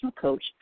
coach